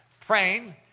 praying